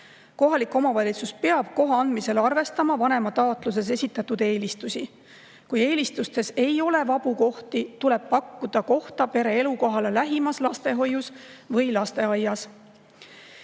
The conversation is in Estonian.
Kohalik omavalitsus peab koha andmisel arvestama vanema taotluses esitatud eelistusi. Kui [eelistatud lasteasutustes] ei ole vabu kohti, tuleb pakkuda kohta pere elukohale lähimas lastehoius või lasteaias.